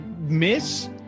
miss